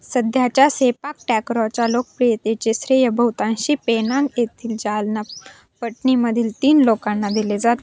सध्याच्या सेपाक टॅक्रॉच्या लोकप्रियतेचे श्रेय बहुतांशी पेनांग येथील जालान पटनीमधील तीन लोकांना दिले जात